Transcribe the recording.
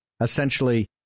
essentially